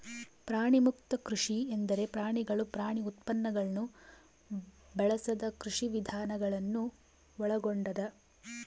ಪ್ರಾಣಿಮುಕ್ತ ಕೃಷಿ ಎಂದರೆ ಪ್ರಾಣಿಗಳು ಪ್ರಾಣಿ ಉತ್ಪನ್ನಗುಳ್ನ ಬಳಸದ ಕೃಷಿವಿಧಾನ ಗಳನ್ನು ಒಳಗೊಂಡದ